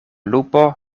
lupo